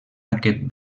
aquest